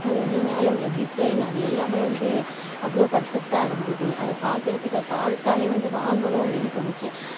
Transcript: அது வந்து மேலே உள்ள டிசைன் அது எல்லாமே வந்து அவ்வளோ பர்ஃபெக்ட்டாக இருந்தது அதை பார்க்குறதுக்கு அதை பார்த்தாலே வந்து வாங்கணும் அப்படின்னு தோணுச்சு